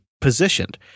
positioned